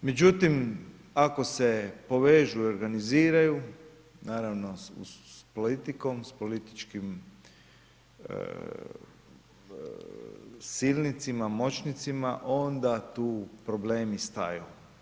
Međutim, ako se povežu i organiziraju, naravno, s politikom, s političkim silnicima, moćnicima, onda tu problemi staju.